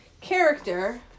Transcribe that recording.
character